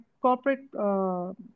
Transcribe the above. corporate